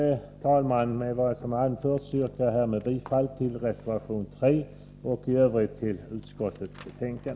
Herr talman! Med vad jag nu anfört yrkar jag bifall till reservation 3 och i övrigt till utskottets hemställan.